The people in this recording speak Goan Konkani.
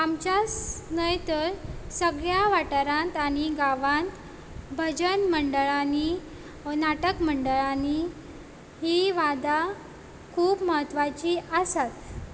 आमच्याच न्हय तर सगळ्या वाठारांत आनी गांवांत भजन मंडळांनी वो नाटक मंडळांनी हीं वादां खूब म्हत्वाचीं आसात